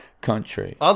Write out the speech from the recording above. country